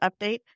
update